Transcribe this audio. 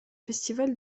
festival